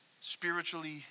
spiritually